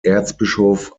erzbischof